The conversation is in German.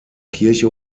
kirche